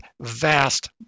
vast